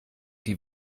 die